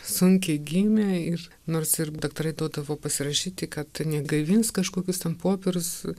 sunkiai gimė ir nors ir daktarai duodavo pasirašyti kad negaivins kažkokius ten popierius